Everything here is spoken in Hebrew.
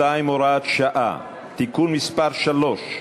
62, הוראת שעה) (תיקון מס' 3)